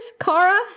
Kara